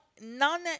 none